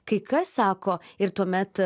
kai kas sako ir tuomet